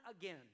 again